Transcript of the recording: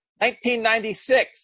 1996